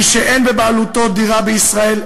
מי שאין בבעלותו דירה בישראל,